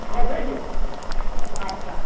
হবে না আচ্ছা